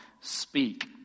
speak